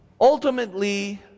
ultimately